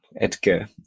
Edgar